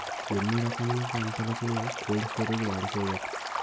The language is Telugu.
ఎన్ని రకములు పంటలకు కోల్డ్ స్టోరేజ్ వాడుకోవచ్చు?